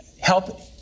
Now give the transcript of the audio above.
help